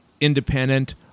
independent